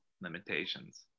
limitations